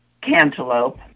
cantaloupe